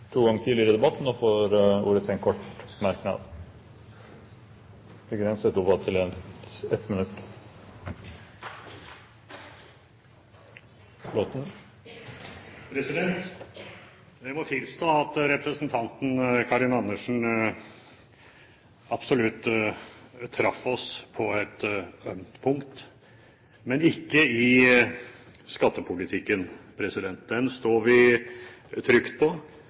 to ganger tidligere i debatten og får ordet til en kort merknad, begrenset til 1 minutt. Jeg må tilstå at representanten Karin Andersen absolutt traff oss på et ømt punkt, men ikke når det gjelder skattepolitikken. Den står vi trygt på,